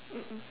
mm mm